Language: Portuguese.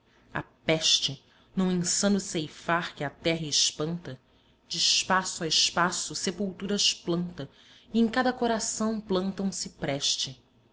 peste num insano ceifar que aterra e espanta de espaço a espaço sepulturas planta e em cada coração planta um cipreste